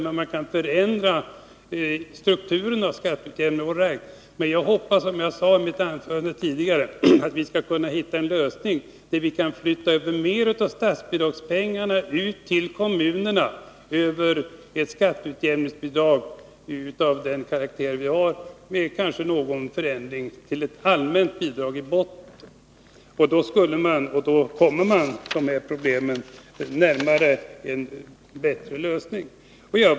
Man kan också förändra strukturen på skatteutjämningen, men som jag sade i mitt tidigare anförande hoppas jag att vi skall kunna hitta en lösning där vi kan flytta över mer av statsbidragspengarna till kommunerna genom ett skatteutjämningsbidrag av den karaktär vi har, kanske med någon förändring i form av ett allmänt bidrag i botten. Då kommer de här problemen närmare en lösning.